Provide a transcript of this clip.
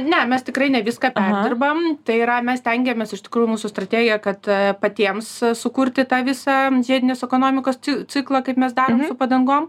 ne mes tikrai ne viską perdirbam tai yra mes stengiamės iš tikrųjų mūsų strategija kad patiems sukurti tą visą žiedinės ekonomikos ciklą kaip mes darom su padangom